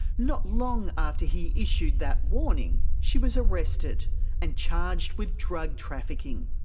not long after he issued that warning she was arrested and charged with drug trafficking.